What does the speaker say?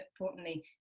importantly